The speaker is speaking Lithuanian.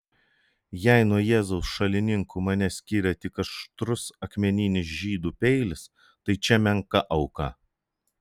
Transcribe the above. jei nuo jėzaus šalininkų mane skiria tik aštrus akmeninis žydų peilis tai čia menka auka